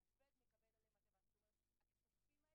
השעה 9:35. הצעת חוק הפיקוח על שירותים פיננסיים (קופות גמל)